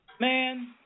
man